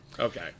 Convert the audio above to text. Okay